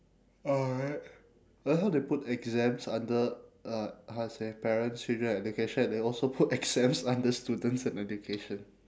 alright I like how they put exams under uh how to say parents children education they also put exams under students and education